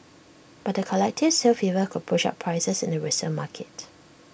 but the collective sale fever could push up prices in the resale market